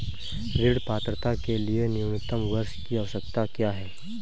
ऋण पात्रता के लिए न्यूनतम वर्ष की आवश्यकता क्या है?